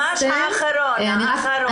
מה שקיים היום